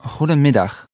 Goedemiddag